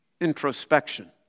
introspection